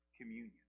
Communion